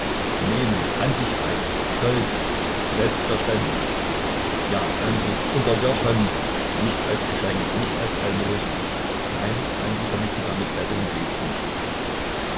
nehmen an sich reißen stolz selbstverständlich ja dann gehts unterjochen nicht als geschenk nicht als almosen nein mein lieber mikita mit betteln gehts nicht